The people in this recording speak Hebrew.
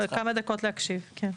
כמה דקות להקשיב, כן.